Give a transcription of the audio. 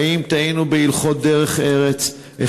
האם טעינו בהלכות דרך ארץ?